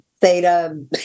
theta